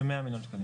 כ-100 מיליון שקלים.